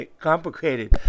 complicated